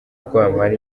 rwampara